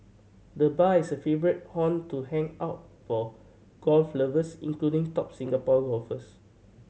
the bar is a favourite haunt to hang out for golf lovers including top Singapore golfers